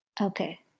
Okay